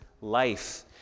life